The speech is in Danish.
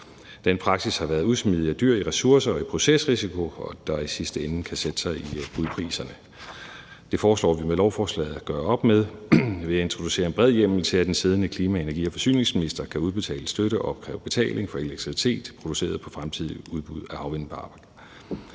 Den praksis har været usmidig og dyr i ressourcer og i procesrisiko, og det kan i sidste ende sætte sig i budpriserne. Det foreslår vi med lovforslaget at gøre op med. Vi introducerer en bred hjemmel til, at den siddende klima-, energi- og forsyningsminister kan udbetale støtte og opkræve betaling for elektricitet produceret på fremtidige udbud af havvindmølleparker.